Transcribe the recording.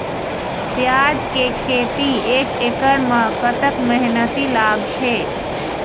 प्याज के खेती एक एकड़ म कतक मेहनती लागथे?